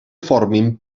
formin